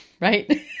right